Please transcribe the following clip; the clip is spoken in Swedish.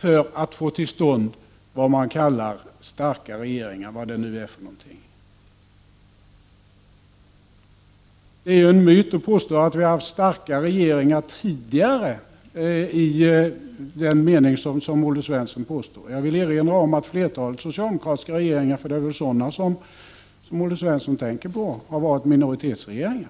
syfte att få till stånd något som kallas starkare regering — vad nu det är för någonting. Det är en myt att påstå att vi haft starka regeringar tidigare, i den mening som Olle Svensson påstår. Jag vill erinra om att flertalet socialdemokratiska regeringar — för det är väl sådana som Olle Svensson tänker på — har varit minoritetsregeringar.